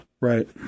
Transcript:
Right